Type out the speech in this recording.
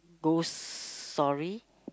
ghost story